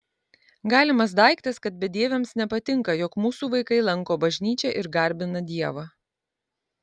galimas daiktas kad bedieviams nepatinka jog mūsų vaikai lanko bažnyčią ir garbina dievą